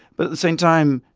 but at the same time,